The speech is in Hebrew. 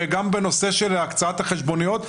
וגם בנושא של הקצאת החשבוניות.